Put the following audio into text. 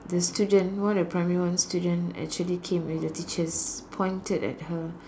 the student one of the primary one student actually came with the teachers pointed at her